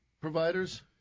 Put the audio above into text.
providers